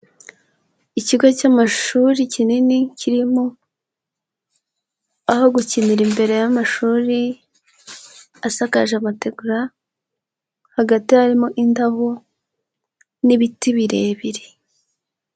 Ikigo cy'amashuri kinini kirimo aho gukinira imbere y'amashuri asakaje amategura, hagati harimo indabo n'ibiti birebire.